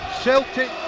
Celtic